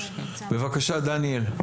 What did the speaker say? בבקשה, דניאל.